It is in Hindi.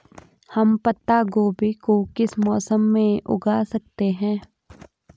हम पत्ता गोभी को किस मौसम में उगा सकते हैं?